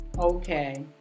Okay